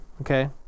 Okay